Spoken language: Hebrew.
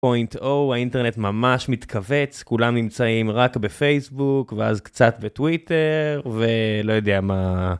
האינטרנט ממש מתכווץ כולם נמצאים רק בפייסבוק ואז קצת בטוויטר ולא יודע מה.